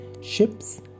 Ships